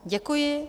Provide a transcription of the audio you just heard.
Děkuji.